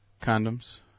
Condoms